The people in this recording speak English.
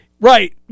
Right